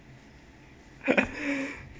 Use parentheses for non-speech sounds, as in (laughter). (laughs)